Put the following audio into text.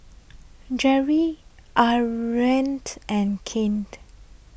Jere and Kane